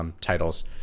titles